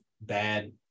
bad